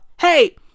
hey